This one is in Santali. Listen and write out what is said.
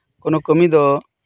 ᱠᱚᱱᱚ ᱠᱟᱹᱢᱤ ᱫᱚ